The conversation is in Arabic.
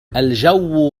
الجو